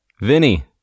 Vinny